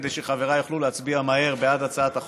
כדי שחבריי יוכלו להצביע מהר בעד הצעת החוק,